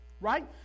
Right